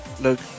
look